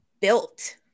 built